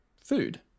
food